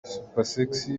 supersexy